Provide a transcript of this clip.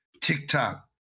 TikTok